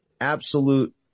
absolute